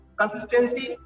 consistency